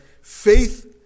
Faith